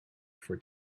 for